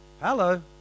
Hello